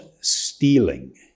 stealing